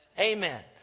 Amen